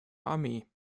armee